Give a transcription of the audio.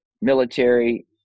military